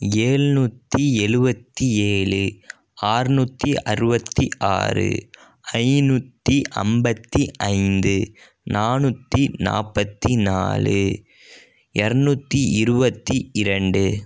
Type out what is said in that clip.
எழுநூத்தி எழுபத்தி ஏழு அறநூத்தி அறுபத்தி ஆறு ஐநூற்று ஐம்பத்தி ஐந்து நானூற்று நாற்பத்தி நாலு இரநூத்தி இருபத்தி இரண்டு